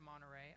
Monterey